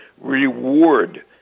reward